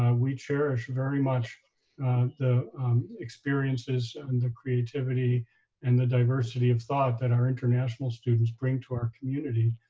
ah we cherish very much the experiences and the creativity and the diversity of thought that our international students bring to our community,